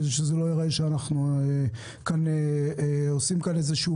כדי שזה לא יראה שאנחנו כאן עושים עסקים,